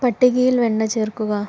പട്ടികയിൽ വെണ്ണ ചേർക്കുക